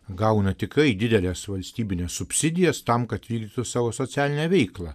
gauna tikrai dideles valstybines subsidijas tam kad vykdytų savo socialinę veiklą